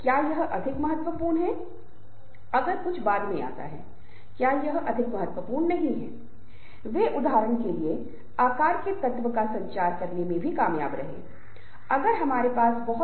इसलिए वे सभी अपने समूह के लिए एक साथ काम करेंगे और हमेशा वे सोचेंगे और तुलना करेंगे कि मेरे समूह को दूसरों की तुलना में बेहतर प्रदर्शन करना चाहिए